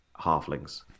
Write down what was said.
halflings